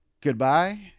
goodbye